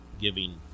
giving